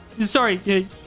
sorry